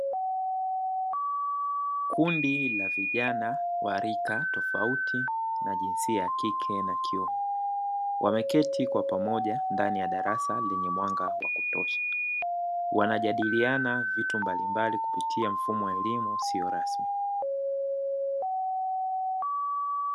Kundi la vijana wa rika tofauti na jinsia ya kike na kiume, wameketi kwa pamoja ndani ya darasa lenye mwanga wa kutosha. Wanajadiliana vitu mbalimbali kupitia mfumo wa elimu isiyo rasmi.